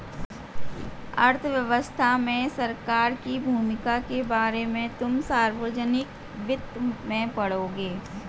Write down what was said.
अर्थव्यवस्था में सरकार की भूमिका के बारे में तुम सार्वजनिक वित्त में पढ़ोगे